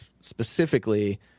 specifically